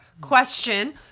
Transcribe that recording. Question